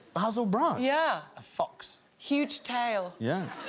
basil brush? yeah. a fox. huge tail. yeah.